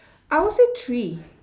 I would say three